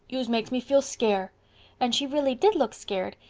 yous make me feel scare and she really did looked scared.